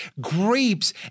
grapes